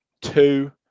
two